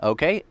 Okay